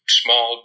small